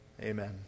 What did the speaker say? Amen